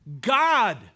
God